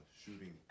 shooting